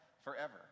forever